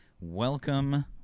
welcome